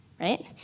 right